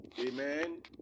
amen